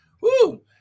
Woo